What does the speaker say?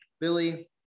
billy